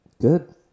Good